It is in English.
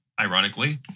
ironically